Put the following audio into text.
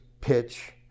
pitch